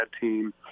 team